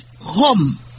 home